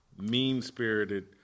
mean-spirited